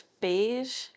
beige